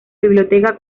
biblioteca